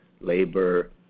labor